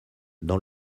dans